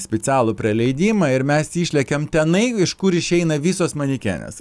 specialų praleidimą ir mes išlekiam tenai iš kur išeina visos manikenės